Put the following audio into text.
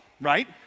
right